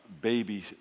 baby